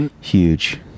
Huge